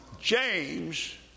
James